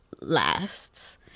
lasts